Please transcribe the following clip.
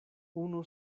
unu